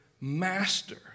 master